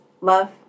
love